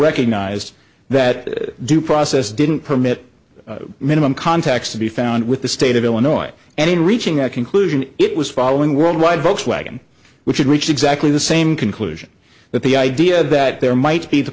recognized that due process didn't permit minimum contacts to be found with the state of illinois and in reaching a conclusion it was following world wide folks wagon which had reached exactly the same conclusion that the idea that there might be the